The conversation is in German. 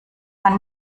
man